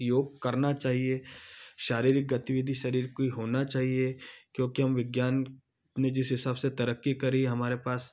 योग करना चाहिए शारीरिक गतिविधि शरीर की होना चाहिए क्योंकि हम विज्ञान ने जिस हिसाब से तरक्की करी है हमारे पास